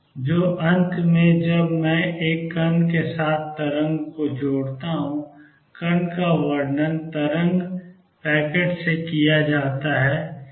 तो अंत में जब मैं एक कण के साथ एक तरंग को जोड़ता हूं कण का वर्णन तरंग पैकेट से किया जाता है